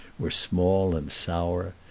were small and sour.